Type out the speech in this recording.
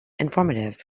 informative